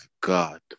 God